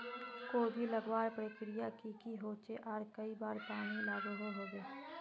कोबी लगवार प्रक्रिया की की होचे आर कई बार पानी लागोहो होबे?